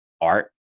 art